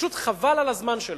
פשוט חבל על הזמן שלו.